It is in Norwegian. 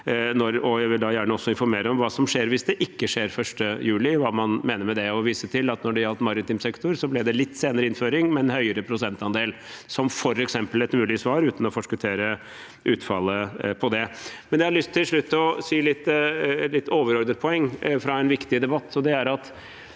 Jeg vil gjerne også informere om hva som skjer hvis det ikke skjer 1. juli, hva man mener med det, og vise til at når det gjaldt maritim sektor, ble det litt senere innføring, men høyere prosentandel – dette som f.eks. et mulig svar, uten å forskuttere utfallet av det. Jeg har til slutt lyst til å komme med et litt overordnet poeng fra en viktig debatt,